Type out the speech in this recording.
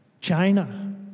China